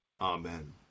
Amen